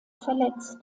verletzt